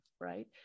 right